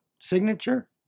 signature